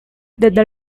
desde